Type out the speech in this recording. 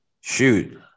Shoot